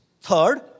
Third